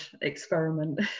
experiment